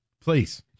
please